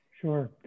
Sure